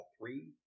three